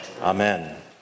Amen